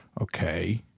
Okay